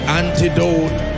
antidote